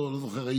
לא זוכר,